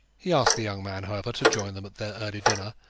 he asked the young man, however, to join them at their early dinner,